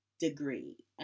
degree